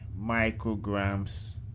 micrograms